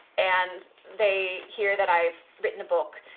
and they hear that i've written a book,